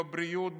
בבריאות,